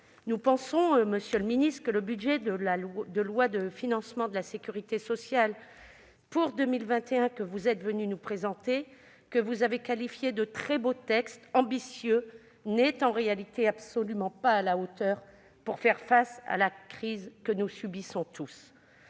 Nous pensons, monsieur le ministre, que le projet de loi de financement de la sécurité sociale pour 2021 que vous êtes venu présenter et que vous avez qualifié de très beau texte, « ambitieux », n'est en réalité absolument pas à la hauteur pour faire face à la crise que nous subissons tous.